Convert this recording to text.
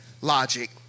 logic